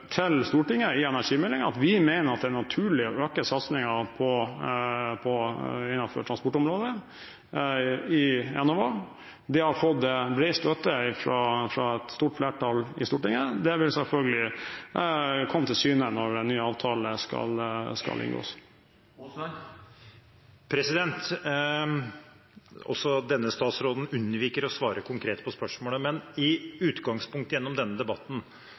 har fått bred støtte fra et stort flertall i Stortinget. Det vil selvfølgelig komme til syne når en ny avtale skal inngås. Også denne statsråden unnviker å svare konkret på spørsmålet. Men i utgangspunktet, gjennom denne debatten,